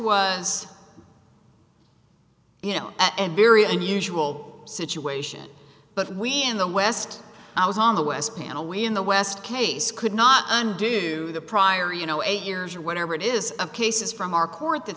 was you know and very unusual situation but we in the west i was on the west panel we in the west case could not undo the prior you know eight years or whatever it is a cases from our court that